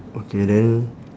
okay then